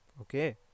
Okay